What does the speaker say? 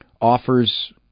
offers